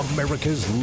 America's